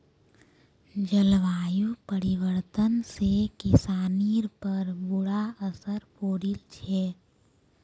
जलवायु परिवर्तन से किसानिर पर बुरा असर पौड़ील छे